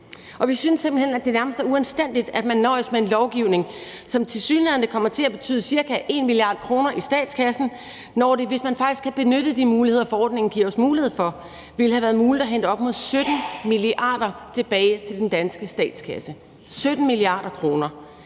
Vi synes simpelt hen, at det nærmest er uanstændigt, at man nøjes med en lovgivning, som tilsyneladende kommer til at betyde ca. 1 mia. kr. i statskassen, når det, hvis man faktisk havde benyttet de muligheder, forordningen giver os mulighed for, ville have været muligt at hente op imod 17 mia. kr. tilbage til den danske statskasse – 17 mia. kr.!